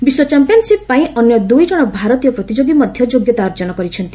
ବିଶ୍ୱ ଚାମ୍ପିୟନ୍ସିପ୍ ପାଇଁ ଅନ୍ୟ ଦୁଇ ଜଣ ଭାରତୀୟ ପ୍ରତିଯୋଗୀ ମଧ୍ୟ ଯୋଗ୍ୟତା ଅର୍ଜନ କରିଛନ୍ତି